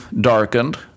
darkened